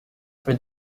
for